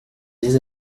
des